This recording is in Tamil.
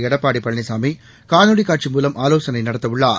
எடப்பாடி பழனிசாமி காணொலிக் காட்சி மூலம் ஆலோசனை நடத்தவுள்ளார்